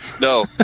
No